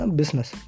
business